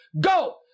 go